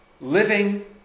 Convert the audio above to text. Living